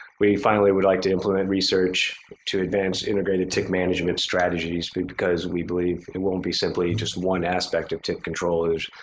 we finally would like to implement research to advance integrated tick management strategies because we believe it won't be simply just one aspect of tick controllers,